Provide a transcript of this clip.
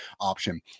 option